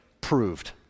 proved